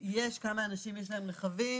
הנתונים על מספר אנשים עם רכבים